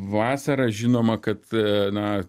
vasarą žinoma kad na